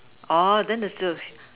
orh then the